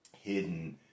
hidden